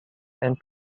and